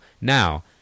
Now